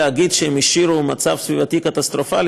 להגיד שהם השאירו מצב סביבתי קטסטרופלי,